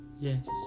yes